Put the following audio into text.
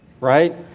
right